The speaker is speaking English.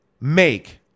make